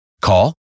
Call